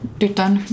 tytön